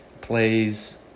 plays